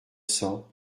cents